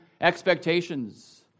expectations